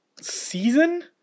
season